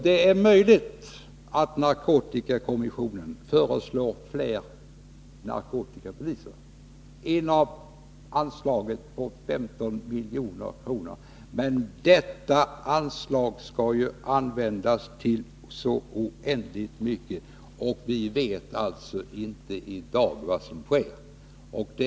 Det är möjligt att narkotikakommissionen föreslår fler narkotikapoliser inom ramen för anslaget på 15 milj.kr. Detta anslag skall emellertid användas till så mycket, och därför vet vi inte i dag vad som kommer att ske.